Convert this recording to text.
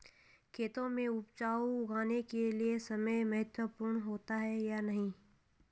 खेतों में उपज उगाने के लिये समय महत्वपूर्ण होता है या नहीं?